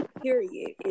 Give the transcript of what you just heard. period